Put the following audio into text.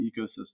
ecosystem